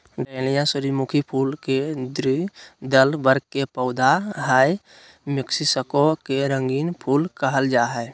dahlia सूर्यमुखी फुल के द्विदल वर्ग के पौधा हई मैक्सिको के रंगीन फूल कहल जा हई